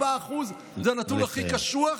4%, זה הנתון הכי קשוח.